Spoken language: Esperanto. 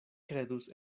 kredus